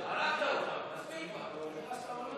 מספיק כבר.